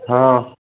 हाँ